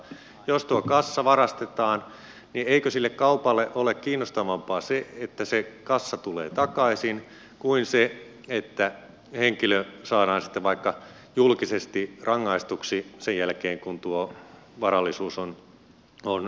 jos tuo kassa varastetaan niin eikö sille kaupalle ole kiinnostavampaa se että se kassa tulee takaisin kuin se että henkilö saadaan sitten vaikka julkisesti rangaistuksi sen jälkeen kun tuo varallisuus on kadonnut maasta